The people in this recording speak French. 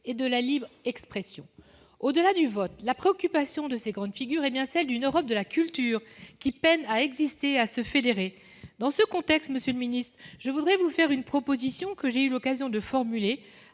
et de la liberté d'expression. » Au-delà du vote, la préoccupation de ces grandes figures est bien celle de l'Europe de la culture, qui peine à exister, à se fédérer. Dans ce contexte, je souhaite vous faire une proposition, que j'ai déjà eu l'occasion de formuler